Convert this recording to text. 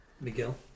Miguel